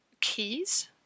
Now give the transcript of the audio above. keys